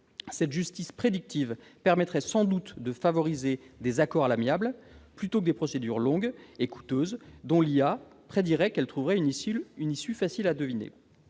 cette justice prédictive permettrait sans doute de favoriser des accords à l'amiable plutôt que des procédures longues et coûteuses dont l'intelligence artificielle prédirait qu'elles trouveraient une issue facile à deviner.